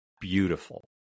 beautiful